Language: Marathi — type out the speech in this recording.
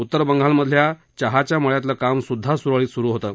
उत्तर बंगालमधल्या चहाच्या मळ्यातलं काम सुद्धा सुरळीत सुरू होतं